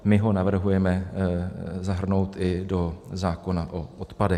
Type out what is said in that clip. My ho navrhujeme zahrnout i do zákona o odpadech.